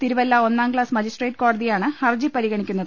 തിരുവല്ല ഒന്നാം class magistrate കോട തിയാണ് ഹർജി പരിഗണിക്കുന്നത്